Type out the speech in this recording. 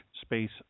space